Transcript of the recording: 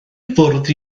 fwrdd